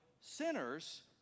sinners